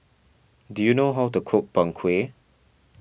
do you know how to cook Png Kueh